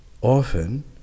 Often